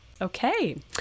Okay